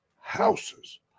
houses